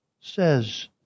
says